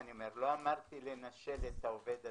לא אמרתי לנשל את העובד הזר.